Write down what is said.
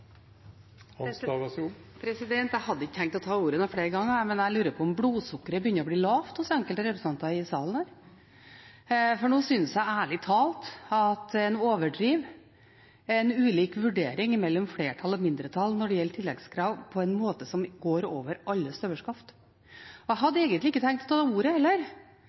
Jeg hadde ikke tenkt å ta ordet flere ganger, men jeg lurer på om blodsukkeret begynner å bli lavt hos enkelte representanter i denne salen, for nå synes jeg ærlig talt at en overdriver en ulik vurdering hos flertall og mindretall når det gjelder tilleggskrav, på en måte som går over alle støvleskaft. Jeg hadde egentlig ikke tenkt å ta ordet,